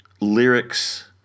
lyrics